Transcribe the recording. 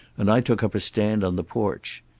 and i took up a stand on the porch.